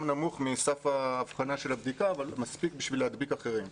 נמוך מסף האבחנה של הבדיקה אבל הוא מספיק בשביל להדביק אחרים,